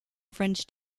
french